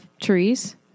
trees